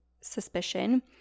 suspicion